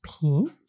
pink